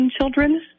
children